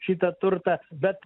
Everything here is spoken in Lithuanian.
šitą turtą bet